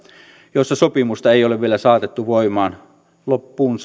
joissa sopimusta ei ole vielä saatettu voimaan loppuun